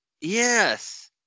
Yes